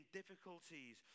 difficulties